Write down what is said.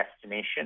destination